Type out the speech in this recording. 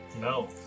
No